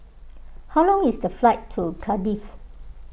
how long is the flight to Cardiff